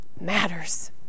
matters